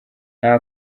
nta